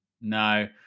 No